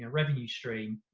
ah revenue stream,